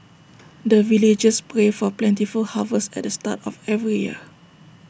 the villagers pray for plentiful harvest at the start of every year